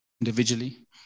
individually